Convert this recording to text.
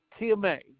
TMA